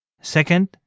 Second